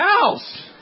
house